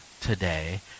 today